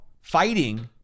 fighting